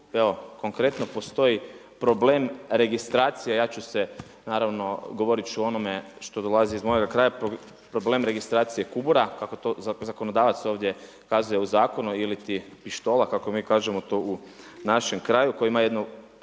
evo konkretno postoji problem registracije. Ja ću se, naravno govorit ću o onome što dolazi iz mojega kraja problem registracije kubura kako to zakonodavac ovdje ukazuje u zakonu ili ti pištola kako mi to kažemo u našem kraju koji ima jednu